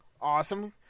Awesome